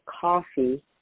coffee